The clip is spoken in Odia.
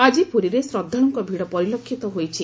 ଆକି ପୁରୀରେ ଶ୍ରଦ୍ଧାଳୁଙ୍କ ଭିଡ଼ ପରିଲକ୍ଷିତ ହୋଇଛି